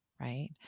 right